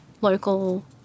local